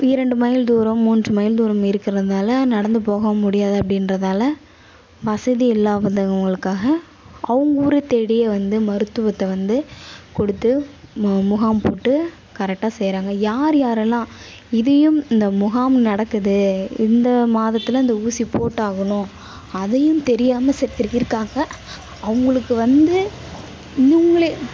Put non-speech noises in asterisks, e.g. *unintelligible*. இரண்டு மைல் தூரம் மூன்று மைல் தூரம் இருக்கிறதால நடந்து போக முடியாது அப்படின்றதால வசதி இல்லாதவர்களுக்காக அவங்கூரை தேடியே வந்து மருத்துவத்தை வந்து கொடுத்து மு முகாம் போட்டு கரெக்டாக செய்கிறாங்க யார் யாரெல்லாம் இதையும் இந்த முகாம் நடக்குது இந்த மாதத்தில் அந்த ஊசி போட்டாகணும் அதையும் தெரியாமல் *unintelligible* இருக்காங்க அவர்களுக்கு வந்து இவங்களே